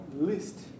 list